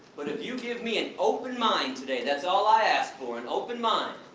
but if you give me an open mind today, that's all i ask for, an open mind,